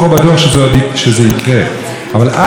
אבל עד שזה יקרה אני רוצה לומר